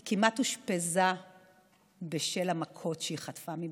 היא כמעט אושפזה בשל המכות שהיא חטפה מבעלה.